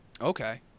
okay